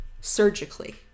surgically